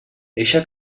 eixa